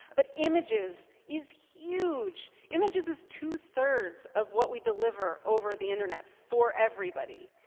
but images is huge. images is two thirds of what we deliver over the internet. for everybody!